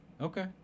Okay